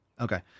Okay